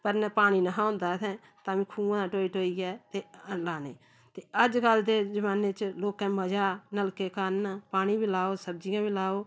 पर पानी नेहा होंदा इत्थें तां बी खूहें दा ढोई ढोइयै ते लाने ते अज्जकल दे जमान्ने च लोकें मजा नलके घर न पानी बी लाओ सब्जियां बी लाओ